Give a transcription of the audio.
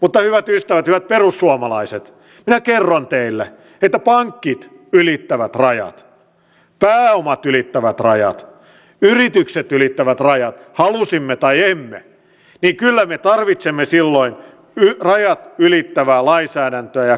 mutta hyvät ystävät hyvät perussuomalaiset minä kerron teille että pankit ylittävät rajat pääomat ylittävät rajat yritykset ylittävät rajat halusimme tai emme joten kyllä me tarvitsemme silloin rajat ylittävää lainsäädäntöä ja kontrollia